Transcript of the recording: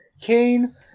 Kane